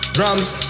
Drums